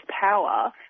power